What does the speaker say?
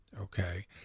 Okay